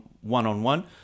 one-on-one